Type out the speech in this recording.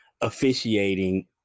officiating